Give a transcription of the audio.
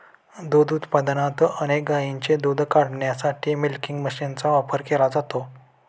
दूध उत्पादनात अनेक गायींचे दूध काढण्यासाठी मिल्किंग मशीनचा वापर केला जातो